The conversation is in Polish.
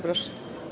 Proszę.